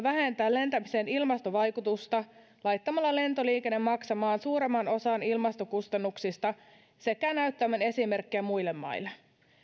vähentää lentämisen ilmastovaikutusta laittamalla lentoliikenne maksamaan suuremman osan ilmastokustannuksista sekä näyttämään esimerkkiä muille maille